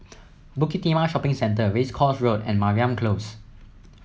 Bukit Timah Shopping Centre Race Course Road and Mariam Close